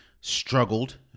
struggled